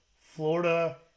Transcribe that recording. Florida